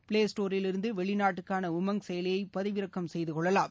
play ஸ்டோரிலிருந்து வெளிநாட்டுக்கான உமங் செயலியை பதிவிறக்கம் செய்து கொள்ளலாம்